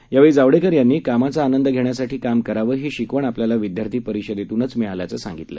यावेळी जावडेकर यांनी कामाचा आनंद घेण्यासाठी काम करावं ही शिकवण आपल्याला विद्यार्थी परिषदेतूनचं मिळाल्याचं ते म्हणाले